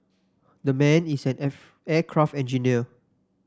the man is an aircraft engineer